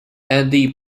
andy